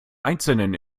einzelnen